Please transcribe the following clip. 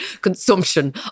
consumption